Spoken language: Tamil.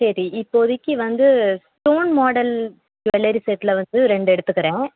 சரி இப்போதைக்கு வந்து ஸ்டோன் மாடல் ஜுவல்லரி செட்டில் வந்து ரெண்டு எடுத்துக்கிறேன்